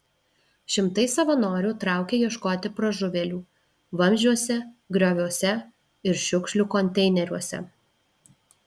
šimtai savanorių traukė ieškoti pražuvėlių vamzdžiuose grioviuose ir šiukšlių konteineriuose